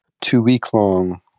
two-week-long